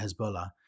Hezbollah